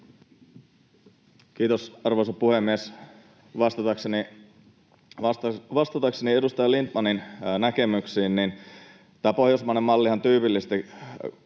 Kiitos, arvoisa puhemies! Vastatakseni edustaja Lindtmanin näkemyksiin: Tämä pohjoismainen mallihan tyypillisesti